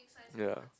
ya